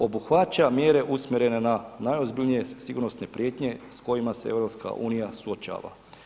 Obuhvaća mjere usmjerene na najozbiljnije sigurnosne prijetnje s kojima se EU suočava.